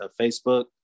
Facebook